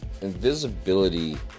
Invisibility